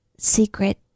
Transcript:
Secret